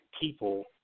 people